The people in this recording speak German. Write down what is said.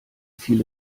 viele